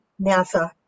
NASA